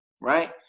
right